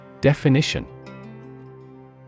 Definition